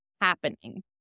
happening